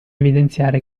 evidenziare